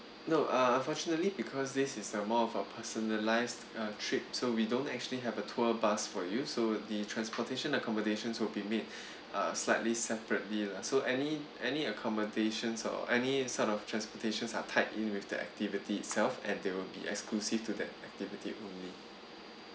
no uh unfortunately because this is a more of a personalised uh trip so we don't actually have a tour bus for you so the transportation accommodations will be made uh slightly separately lah so any any accommodations or any sort of transportations are tied in with the activity itself and they will be exclusive to that activity only